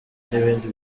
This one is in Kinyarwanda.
n’ibindi